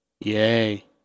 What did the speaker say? Yay